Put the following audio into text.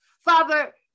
Father